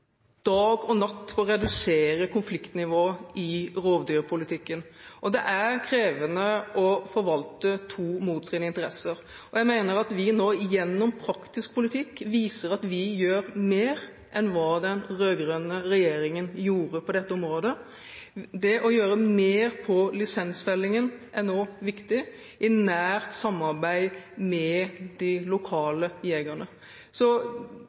dag og natt for å redusere konfliktnivået i rovdyrpolitikken. Det er krevende å forvalte to motstridende interesser. Jeg mener at vi nå gjennom praktisk politikk viser at vi gjør mer enn hva den rød-grønne regjeringen gjorde på dette området. Det å gjøre mer på lisensfellingen er nå viktig, i nært samarbeid med de lokale jegerne.